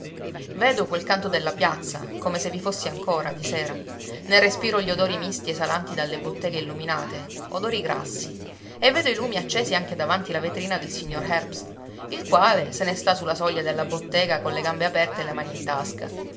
vedo quel canto della piazza come se vi fossi ancora di sera ne respiro gli odori misti esalanti dalle botteghe illuminate odori grassi e vedo i lumi accesi anche davanti la vetrina del signor herbst il quale se ne sta su la soglia della bottega con le gambe aperte e le mani in tasca